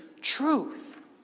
truth